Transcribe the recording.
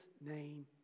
name